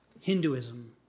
Hinduism